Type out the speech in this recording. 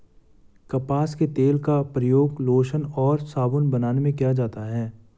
कपास के तेल का प्रयोग लोशन और साबुन बनाने में किया जाता है